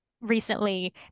recently